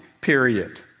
period